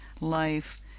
life